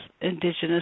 indigenous